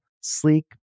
sleek